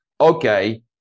okay